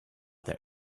their